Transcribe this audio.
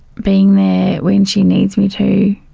being there when she needs me to,